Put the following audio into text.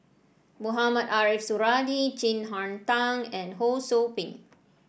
Mohamed Ariff Suradi Chin Harn Tong and Ho Sou Ping